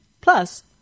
Plus